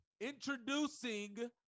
introducing